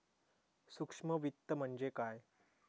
सूक्ष्म वित्त म्हणजे काय?